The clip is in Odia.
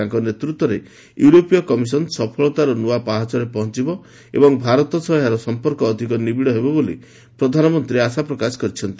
ତାଙ୍କ ନେତୃତ୍ୱରେ ୟୁରୋପୀୟ କମିଶନ୍ ସଫଳତାର ନୂଆ ପାହାଚରେ ପହଞ୍ଚିବ ଏବଂ ଭାରତ ସହ ଏହାର ସମ୍ପର୍କ ଅଧିକ ନିବିଡ଼ ହେବ ବୋଲି ପ୍ରଧାନମନ୍ତ୍ରୀ ଆଶା ପ୍ରକାଶ କରିଛନ୍ତି